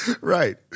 Right